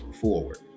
forward